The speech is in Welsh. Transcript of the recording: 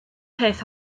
peth